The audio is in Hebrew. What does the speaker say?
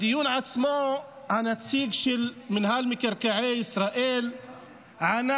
בדיון עצמו הנציג של מינהל מקרקעי ישראל ענה